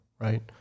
right